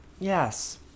Yes